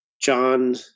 john